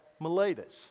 Miletus